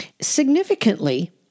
Significantly